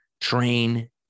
train